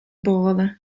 bôle